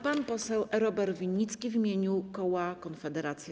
Pan poseł Robert Winnicki w imieniu koła Konfederacja.